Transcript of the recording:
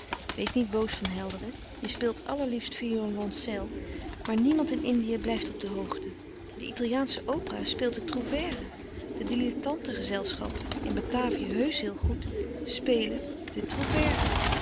wees niet boos van helderen je speelt allerliefst violoncel maar niemand in indië blijft op de hoogte de italiaansche opera speelt den trouvère de dilettanten gezelschappen in batavia heusch heel goed spelen den trouvère